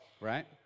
Right